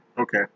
Okay